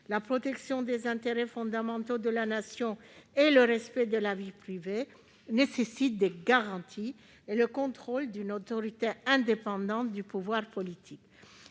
la protection des intérêts fondamentaux de la Nation et le respect de la vie privée nécessite des garanties et le contrôle d'une autorité indépendante du pouvoir politique.